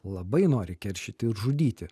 labai nori keršyti ir žudyti